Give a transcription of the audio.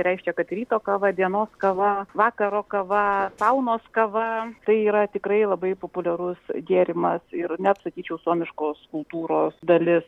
reiškia kad ryto kava dienos kava vakaro kava saunos kava tai yra tikrai labai populiarus gėrimas ir net sakyčiau suomiškos kultūros dalis